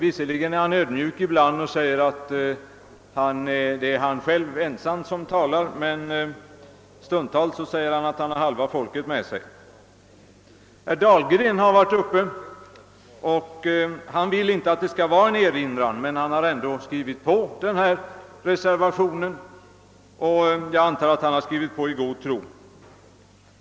Vis serligen är han ibland ödmjuk och säger att han bara talar för sig själv, men stundtals menar han att han har halva svenska folket med sig. Herr Dahlgren vill inte att reservationen skall betraktas som en erinran men han har ändå skrivit under reservationen, och jag antar att han gjort det i god tro.